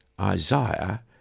isaiah